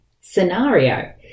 scenario